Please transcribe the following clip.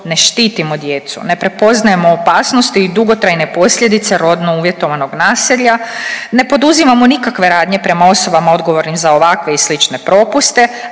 ne štitimo djecu, ne prepoznajemo opasnosti i dugotrajne posljedice rodno uvjetovanog nasilja, ne poduzimamo nikakve radnje prema osobama odgovornim za ovakve i slične propuste,